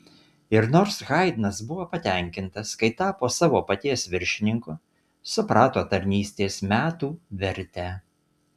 ir nors haidnas buvo patenkintas kai tapo savo paties viršininku suprato tarnystės metų vertę